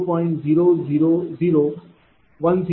00010391 p